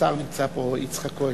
השר נמצא פה, יצחק כהן.